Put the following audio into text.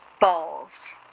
balls